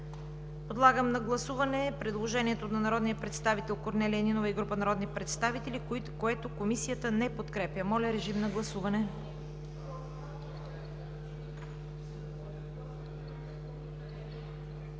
Подлагам на гласуване предложение от народния представител Корнелия Нинова и група народни представители, което не се подкрепя от Комисията. Гласували